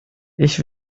ich